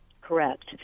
correct